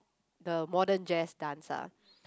the modern jazz dance ah